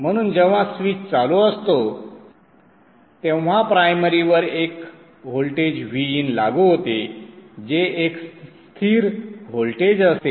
म्हणून जेव्हा स्विच चालू असतो तेव्हा प्रायमरीवर एक व्होल्टेज Vin लागू होते जे एक स्थिर व्होल्टेज असते